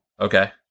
Okay